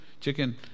chicken